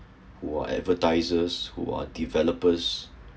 who are advertisers who are developers